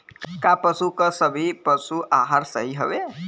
का बाजार क सभी पशु आहार सही हवें?